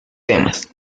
temas